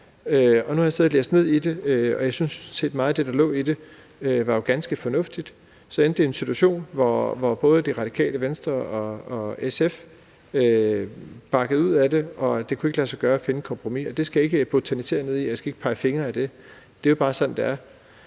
Nu har jeg siddet og læst det, og jeg synes, at meget af det, der lå i det, var ganske fornuftigt. Så endte det med en situation, hvor både Det Radikale Venstre og SF bakkede ud af det, og det kunne ikke lade sig gøre at finde et kompromis. Det skal jeg ikke botanisere i, og jeg skal ikke pege fingre ad det – det er jo bare sådan, det er.